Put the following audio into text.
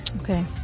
Okay